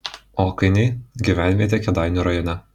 okainiai gyvenvietė kėdainių rajone